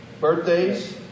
Birthdays